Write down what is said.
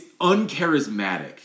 uncharismatic